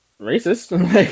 racist